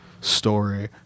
story